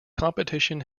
competition